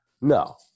No